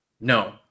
No